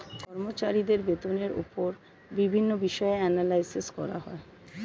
কর্মচারীদের বেতনের উপর বিভিন্ন বিষয়ে অ্যানালাইসিস করা হয়